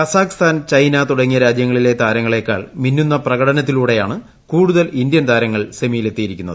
Kazakhstan China തുടങ്ങിയ രാജ്യങ്ങളിലെ താരങ്ങളെക്കാൾ മിന്നുന്ന പ്രകടനത്തിലൂടെയാണ് കൂടുതൽ ഇന്ത്യൻ താരങ്ങൾ സെമിയിലെത്തിയിരിക്കുന്നത്